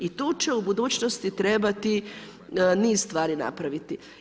I tu će u budućnosti trebati niz stvari napraviti.